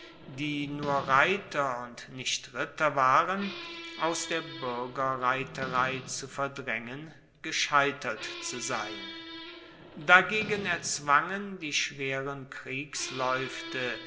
die nur reiter und nicht ritter waren aus der buergerreiterei zu verdraengen gescheitert zu sein dagegen erzwangen die schweren kriegslaeufte